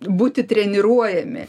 būti treniruojami